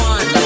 One